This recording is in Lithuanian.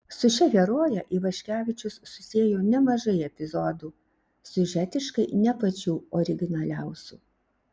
su šia heroje ivaškevičius susiejo nemažai epizodų siužetiškai ne pačių originaliausių